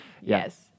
Yes